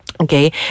Okay